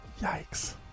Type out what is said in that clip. Yikes